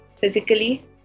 physically